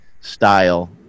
style